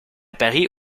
paris